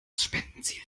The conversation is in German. spendenziel